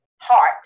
heart